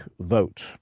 vote